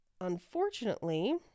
unfortunately